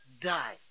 Die